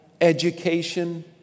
education